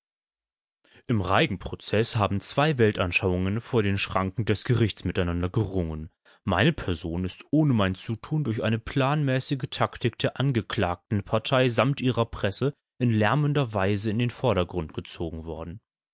im reigen prozeß haben zwei weltanschauungen vor den schranken des gerichts miteinander gerungen meine person ist ohne mein zutun durch eine planmäßige taktik der angeklagtenpartei samt ihrer presse in lärmender weise in den vordergrund gezogen worden